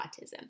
autism